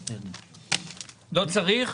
לא צריך?